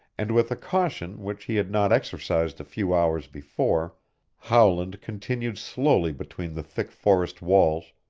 and with a caution which he had not exercised a few hours before howland continued slowly between the thick forest walls,